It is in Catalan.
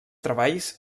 treballs